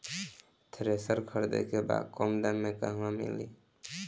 Thresher खरीदे के बा कम दाम में कहवा मिली?